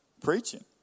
preaching